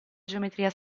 geometria